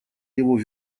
его